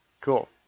Cool